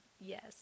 Yes